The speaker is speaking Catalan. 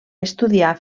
estudiar